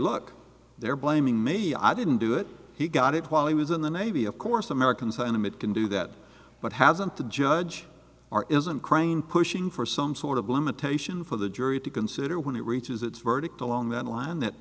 look they're blaming me i didn't do it he got it while he was in the navy of course americans animate can do that but hasn't the judge or isn't crane pushing for some sort of limitation for the jury to consider when it reaches its verdict along that line that